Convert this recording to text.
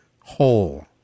whole